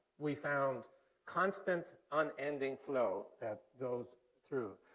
we found constant unending flow that goes through.